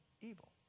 evil